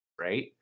right